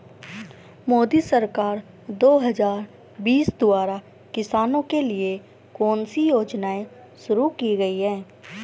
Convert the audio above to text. मोदी सरकार दो हज़ार बीस द्वारा किसानों के लिए कौन सी योजनाएं शुरू की गई हैं?